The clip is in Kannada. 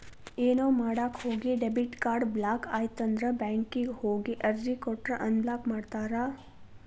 ಏನೋ ಮಾಡಕ ಹೋಗಿ ಡೆಬಿಟ್ ಕಾರ್ಡ್ ಬ್ಲಾಕ್ ಆಯ್ತಂದ್ರ ಬ್ಯಾಂಕಿಗ್ ಹೋಗಿ ಅರ್ಜಿ ಕೊಟ್ರ ಅನ್ಬ್ಲಾಕ್ ಮಾಡ್ತಾರಾ